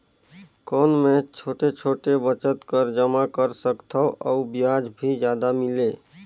कौन मै छोटे छोटे बचत कर जमा कर सकथव अउ ब्याज भी जादा मिले?